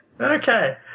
Okay